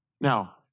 Now